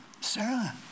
Sarah